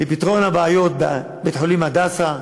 לפתרון הבעיות בבית-חולים "הדסה",